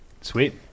sweet